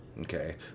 okay